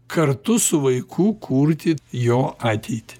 kartu su vaiku kurti jo ateitį